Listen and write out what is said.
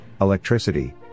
electricity